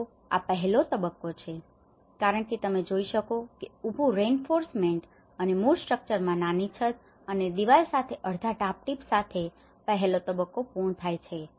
તેથી આ પહેલો તબક્કો છે કારણ કે તમે જોઈ શકો છો ઉભું રેઈન્ફોર્સમેન્ટ અને મૂળ સ્ટ્રક્ચરમાં નાની છત અને દીવાલ સાથે અડધા ટાપટીપ સાથે પહેલો તબક્કો પૂર્ણ થાય છે